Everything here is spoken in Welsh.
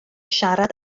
siarad